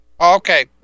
Okay